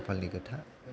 खाफालनि खोथा